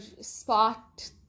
spot